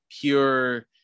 pure